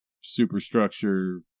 superstructure